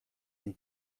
این